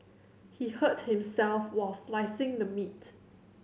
he hurt himself while slicing the meat